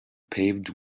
paved